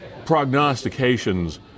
prognostications